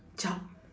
job